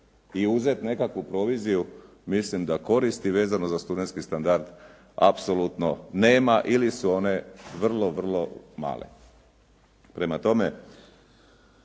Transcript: i uzeti nekakvu proviziju, mislim da koristi vezano za studentski standard apsolutno nema ili su one vrlo vrlo male. Prema tome